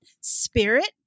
spirit